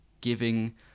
giving